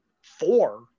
four